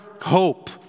hope